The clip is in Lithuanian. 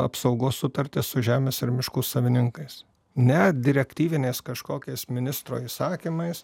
apsaugos sutartį su žemės ir miškų savininkais ne direktyviniais kažkokiais ministro įsakymais